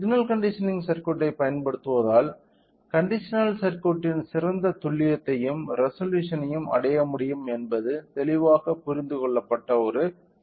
signal conditioning சர்க்யூட்டைப் பயன்படுத்துவதால் conditional சர்க்யூட்டின் சிறந்த துல்லியத்தையும் ரெசொலூஷனயும் அடைய முடியும் என்பது தெளிவாக புரிந்து கொள்ளப்பட்ட ஒரு விஷயம்